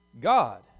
God